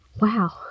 Wow